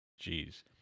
Jeez